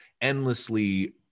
endlessly